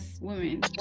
women